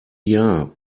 jahr